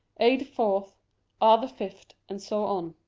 a the fourth, r the fifth, and so on.